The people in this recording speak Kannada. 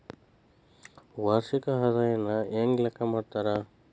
ವಾರ್ಷಿಕ ಆದಾಯನ ಹೆಂಗ ಲೆಕ್ಕಾ ಮಾಡ್ತಾರಾ?